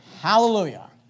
Hallelujah